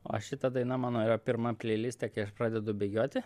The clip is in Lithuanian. o šita daina mano yra pirma pleiliste kai aš pradedu bėgioti